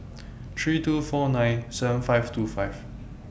three two four nine seven five two five